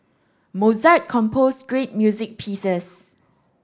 Mozart composed great music pieces